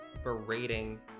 Berating